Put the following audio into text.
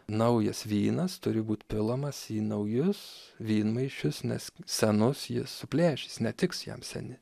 naujas vynas turi būt pilamas į naujus vynmaišius nes senus jis suplėšys netiks jam seni